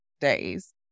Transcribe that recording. days